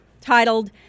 titled